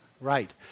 right